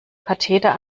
katheter